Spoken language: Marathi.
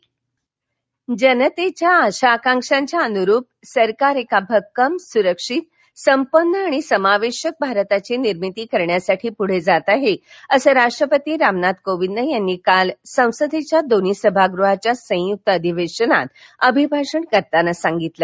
राष्ट्पती जनतेच्या आशा आकांक्षाच्या अनुरूप सरकार एका भक्कम सुरक्षित संपन्न आणि समावेशक भारताची निर्मिती करण्यासाठी पुढे जात आहे असं राष्ट्रपती रामनाथ कोविंद यांनी काल संसदेच्या दोन्ही सभागृहाच्या संयुक्त अधिवेशनात अभिभाषण करताना सांगितलं